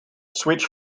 switch